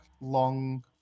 long